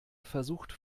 versucht